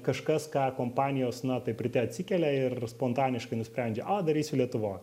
kažkas ką kompanijos na taip ryte atsikelia ir spontaniškai nusprendžia o darysiu lietuvoj